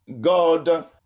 God